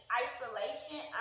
isolation